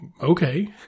okay